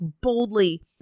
boldly